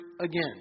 again